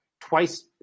twice